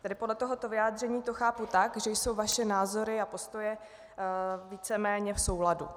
Tedy podle tohoto vyjádření to chápu tak, že jsou vaše názory a postoje víceméně v souladu.